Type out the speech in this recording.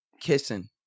kissing